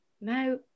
No